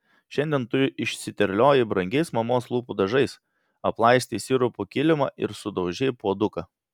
šiandien tu išsiterliojai brangiais mamos lūpų dažais aplaistei sirupu kilimą ir sudaužei puoduką